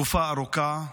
תקופה ארוכה.